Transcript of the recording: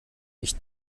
ich